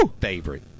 favorite